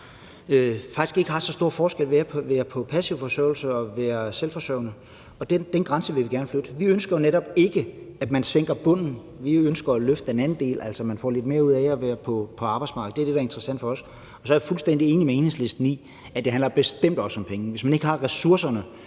faktisk ikke oplever så stor forskel på at være på passiv forsørgelse og så at være selvforsørgende. Den grænse vil vi gerne flytte. Vi ønsker netop ikke, at man sænker bunden. Vi ønsker at løfte den anden del, altså at man får lidt mere ud af at være på arbejdsmarkedet. Det er det, der er interessant for os. Og så er jeg fuldstændig enig med Enhedslisten i, at det bestemt også handler om penge. Man skal have ressourcerne,